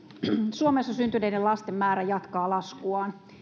suomessa syntyneiden lasten määrä jatkaa laskuaan